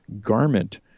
garment